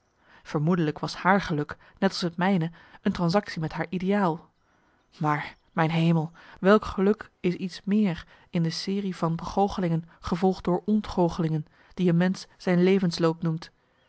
vermoedelijk was haar geluk net als het mijne een transactie met haar ideaal maar mijn hemel welk geluk is iets meer in de serie van begoochelingen gevolgd door ontgoochelingen die een mensch zijn levensloop noemt